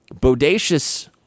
bodacious